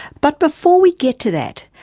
but before we get to that,